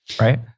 Right